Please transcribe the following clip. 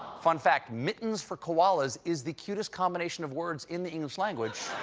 fun fact mittens for koalas is the cutest combination of words in the english language,